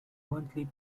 monthly